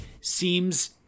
seems